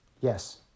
yes